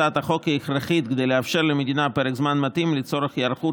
הצעת החוק היא הכרחית כדי לאפשר למדינה פרק זמן מתאים לצורך היערכות